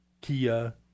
Kia